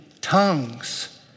tongues